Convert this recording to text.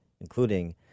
including